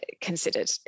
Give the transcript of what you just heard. Considered